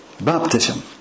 baptism